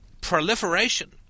proliferation